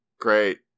Great